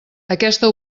aquesta